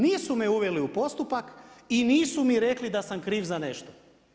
Nisu me uveli u postupak i nisu mi rekli da sam kriv za nešto.